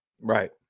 Right